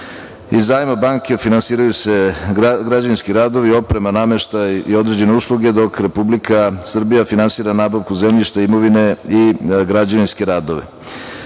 zajma banke finansiraju se građevinski radovi i oprema, nameštaj i određene usluge, dok Republika Srbija finansira nabavku zemljišta, imovine i građevinske radove. Na